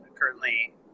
currently